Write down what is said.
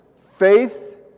faith